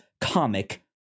comic